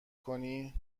کنی